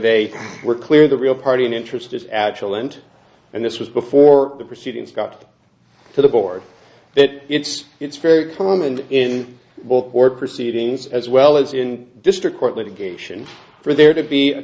they were clear the real party in interest is agilent and this was before the proceedings got to the board that it's very common in both court proceedings as well as in district court litigation for there to be a